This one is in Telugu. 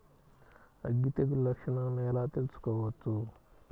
అగ్గి తెగులు లక్షణాలను ఎలా తెలుసుకోవచ్చు?